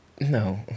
No